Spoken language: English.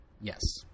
yes